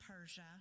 Persia